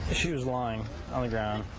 she was lying on the ground,